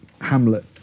hamlet